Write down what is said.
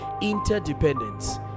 interdependence